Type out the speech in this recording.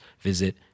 visit